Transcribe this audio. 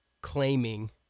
claiming